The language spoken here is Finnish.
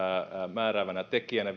määräävänä tekijänä